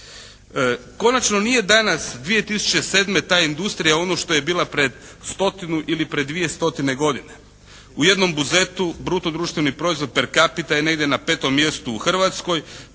Konačno nije danas 2007. ta industrija ono što je bila pred stotinu ili pred 2 stotina godina. U jednom Buzetu bruto društveni proizvod per capita je negdje na 5. mjestu u Hrvatskoj.